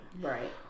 Right